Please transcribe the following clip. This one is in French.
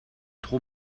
trop